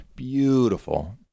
Beautiful